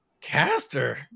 caster